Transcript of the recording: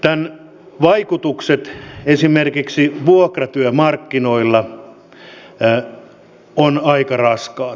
tämän vaikutukset esimerkiksi vuokratyömarkkinoilla ovat aika raskaat